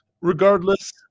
Regardless